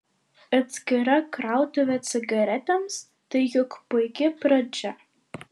atskira krautuvė cigaretėms tai juk puiki pradžia